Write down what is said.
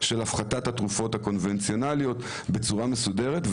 של הפחתת התרופות הקונבנציונליות בצורה מסודרת,